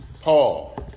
Paul